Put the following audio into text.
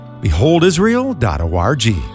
beholdisrael.org